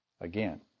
Again